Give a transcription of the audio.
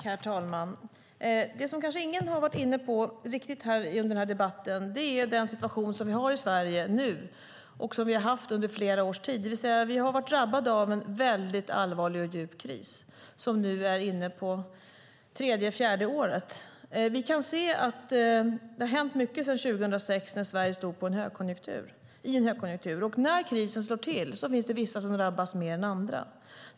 Herr talman! Någonting som ingen har varit riktigt inne på i debatten är den situation som vi har i Sverige nu och som vi har haft under flera års tid: Vi har varit drabbade av en allvarlig och djup kris som nu är inne på det tredje eller fjärde året. Vi kan se att det har hänt mycket sedan 2006, när Sverige stod i en högkonjunktur. När krisen slår till finns det vissa som drabbas mer än andra.